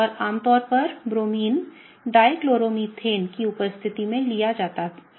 तो आमतौर पर ब्रोमीन डाई क्लोरोमीथेन की उपस्थिति में लिया जाता है